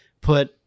put